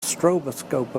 stroboscope